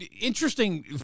Interesting